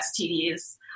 STDs